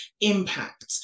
impact